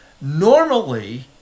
Normally